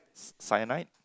cyanide